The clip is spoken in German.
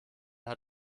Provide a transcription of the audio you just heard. hat